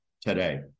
today